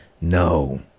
no